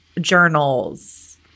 journals